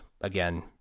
again